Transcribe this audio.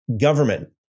government